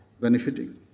benefiting